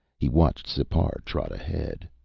he watched sipar trot ahead.